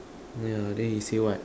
ya then he say what